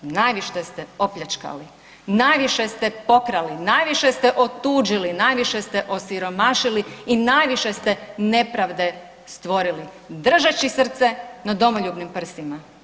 Najviše ste opljačkali, najviše ste pokrali, najviše ste otuđili, najviše ste osiromašili i najviše ste nepravde stvorili držeći srce na domoljubnim prstima.